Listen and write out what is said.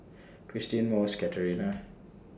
Cristine Mose Katerina